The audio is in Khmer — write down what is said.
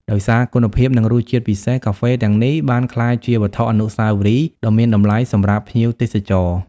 ដោយសារគុណភាព និងរសជាតិពិសេស កាហ្វេទាំងនេះបានក្លាយជាវត្ថុអនុស្សាវរីយ៍ដ៏មានតម្លៃសម្រាប់ភ្ញៀវទេសចរ។